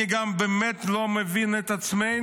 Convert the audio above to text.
אני גם באמת לא מבין את עצמנו,